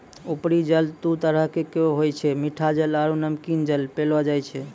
उपरी जल दू तरह केरो होय छै मीठा जल आरु नमकीन जल पैलो जाय छै